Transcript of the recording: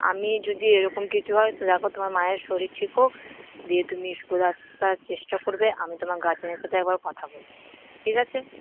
আমি যদি এরকম কিছু হয় তো দেখো তোমার মায়ের শরীর ঠিক হোক দিয়ে তুমি স্কুল আসার চেষ্টা করবে আমি তোমার গার্জেনের সাথে একবার কথা বলব ঠিক আছে